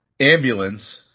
Ambulance